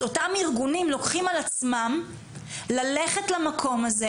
אז אותם ארגונים לוקחים על עצמם ללכת למקום הזה,